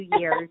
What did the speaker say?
years